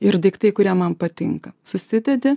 ir daiktai kurie man patinka susidedi